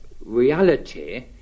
reality